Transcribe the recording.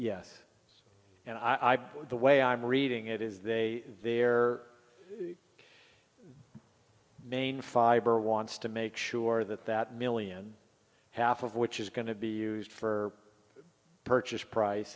yes and i would the way i'm reading it is they their main fiber wants to make sure that that million half of which is going to be used for purchase price